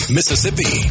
Mississippi